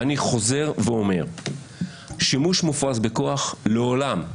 אני חוזר ואומר ששימוש מופרז בכוח לעולם,